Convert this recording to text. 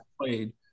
played